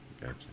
Gotcha